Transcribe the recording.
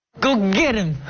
go get him.